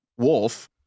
wolf